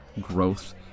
growth